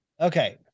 Okay